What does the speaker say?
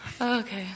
Okay